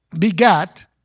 begat